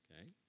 okay